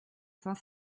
saint